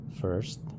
First